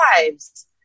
lives